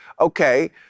okay